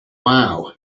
wow